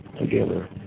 Together